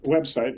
website